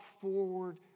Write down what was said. forward